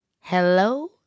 hello